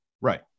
Right